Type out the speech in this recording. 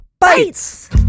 Bites